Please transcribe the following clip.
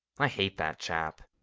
i hate that chap!